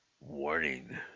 Warning